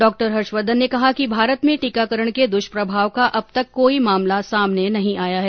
doctor Harshvardhan ने कहा कि भारत में टीकाकरण के दुष्प्रभाव का अब तक कोई मामला सामने नहीं आया है